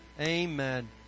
Amen